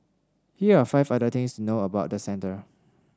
here are five other things to know about the centre